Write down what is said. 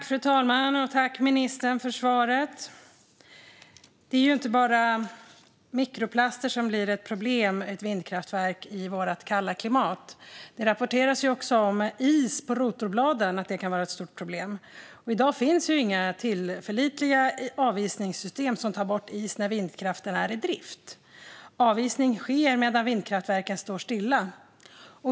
Fru talman! Det är inte bara mikroplaster som är ett problem för vindkraften i vårt kalla klimat. Det rapporteras också om att is på rotorbladen kan vara ett stort problem. I dag finns det inga tillförlitliga avisningssystem som tar bort is när vindkraftverken är i drift, utan avisning sker medan vindkraftverken står stilla.